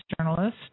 journalist